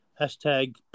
hashtag